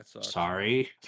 sorry